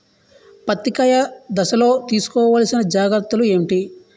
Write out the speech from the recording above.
పత్తి కాయ దశ లొ తీసుకోవల్సిన జాగ్రత్తలు ఏంటి?